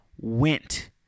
went